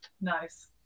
Nice